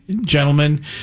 Gentlemen